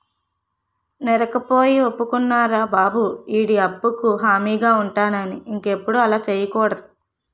నేరకపోయి ఒప్పుకున్నారా బాబు ఈడి అప్పుకు హామీగా ఉంటానని ఇంకెప్పుడు అలా సెయ్యకూడదు